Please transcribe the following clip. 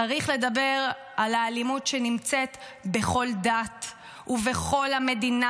צריך לדבר על האלימות שנמצאת בכל דת ובכל המדינה,